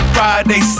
Friday